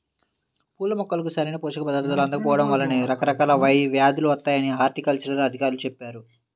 పూల మొక్కలకు సరైన పోషక పదార్థాలు అందకపోడం వల్లనే రకరకాల వ్యేదులు వత్తాయని హార్టికల్చర్ అధికారులు చెప్పారు